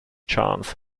chance